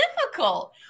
difficult